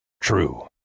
True